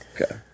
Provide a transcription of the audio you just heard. Okay